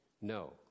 No